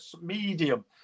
medium